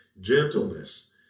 gentleness